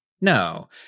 no